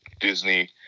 Disney